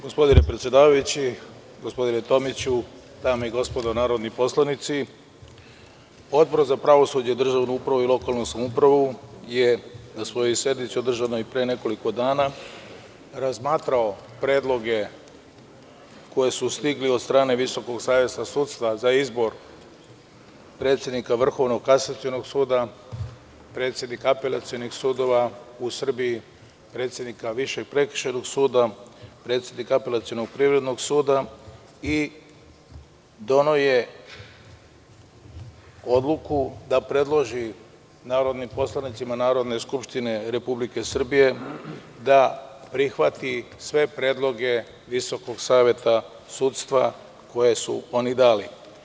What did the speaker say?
Gospodine predsedavajući, gospodine Tomiću, dame i gospodo narodni poslanici, Odbor za pravosuđe, državnu upravu i lokalnu samoupravu je na svojoj sednici održanoj pre nekoliko dana razmatrao predloge koji su stigli od strane VSS za izbor predsednika VKS, predsednike apelacionih sudova u Srbiji, predsednika VPS, predsednika Apelacionog privrednog suda i doneo je odluku da predloži narodnim poslanicima Narodne skupštine Republike Srbije da prihvati sve predloge VSS koji su dali.